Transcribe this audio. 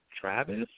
Travis